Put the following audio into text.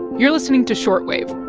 you're listening to short wave.